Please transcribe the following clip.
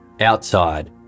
Outside